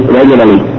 regularly